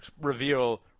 reveal